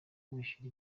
wishyura